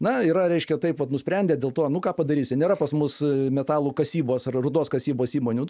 na yra reiškia taip vat nusprendė dėl to nu ką padarysi nėra pas mus metalų kasybos ar rūdos kasybos įmonių